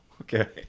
Okay